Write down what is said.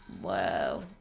Whoa